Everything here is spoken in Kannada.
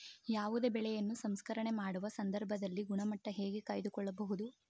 ಯಾವುದೇ ಬೆಳೆಯನ್ನು ಸಂಸ್ಕರಣೆ ಮಾಡುವ ಸಂದರ್ಭದಲ್ಲಿ ಗುಣಮಟ್ಟ ಹೇಗೆ ಕಾಯ್ದು ಕೊಳ್ಳಬಹುದು?